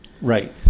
Right